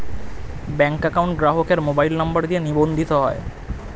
bank account গ্রাহকের mobile number দিয়ে নিবন্ধিত হয়